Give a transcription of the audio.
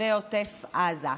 תושבי עוטף עזה.